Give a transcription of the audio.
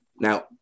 Now